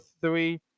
three